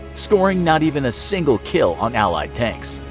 scoring not even a single kill on allied tanks.